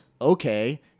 Okay